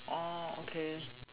oh okay